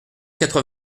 quatre